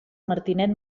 martinet